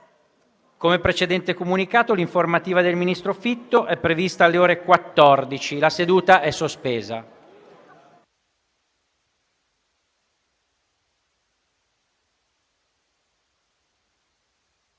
Come precedentemente comunicato, l'informativa del ministro Fitto è prevista per le ore 14. La seduta è sospesa.